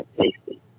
tasty